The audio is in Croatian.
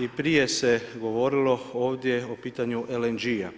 i prije se govorilo ovdje o pitanju LNG-a.